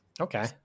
Okay